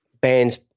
bands